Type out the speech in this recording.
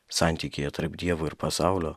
santykyje tarp dievo ir pasaulio